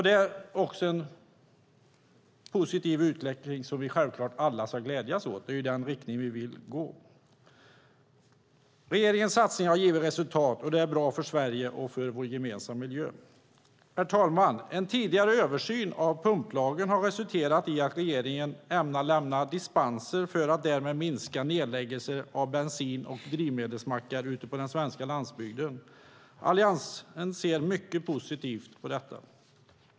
Det är också en positiv utveckling som vi självklart alla ska glädjas åt. Det är ju i den riktningen vi vill gå. Regeringens satsning har givit resultat och det är bra för Sverige och för vår gemensamma miljö. Herr talman! En tidigare översyn av pumplagen har resulterat i att regeringen ämnar lämna dispenser för att därmed minska nedläggelser av bensin och drivmedelsmackar ute på den svenska landsbygden. Alliansen ser mycket positivt på detta.